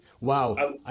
Wow